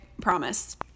promise